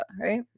Right